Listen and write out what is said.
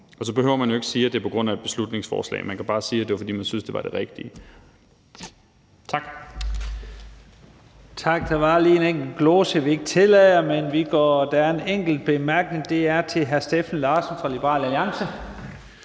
Så behøver man jo ikke at sige, at det var på grund af et beslutningsforslag; man kan bare sige, at det er, fordi man synes, at det er det rigtige. Tak.